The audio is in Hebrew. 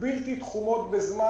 ובלתי תחומות בזמן